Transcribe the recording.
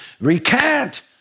recant